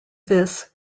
this